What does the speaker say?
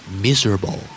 Miserable